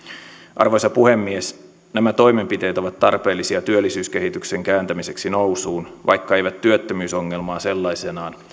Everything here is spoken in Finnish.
arvoisa puhemies nämä toimenpiteet ovat tarpeellisia työllisyyskehityksen kääntämiseksi nousuun vaikka eivät työttömyysongelmaa sellaisenaan